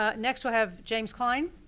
ah next we'll have james clyne.